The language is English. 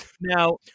Now